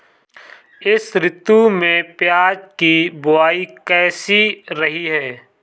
इस ऋतु में प्याज की बुआई कैसी रही है?